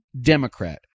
Democrat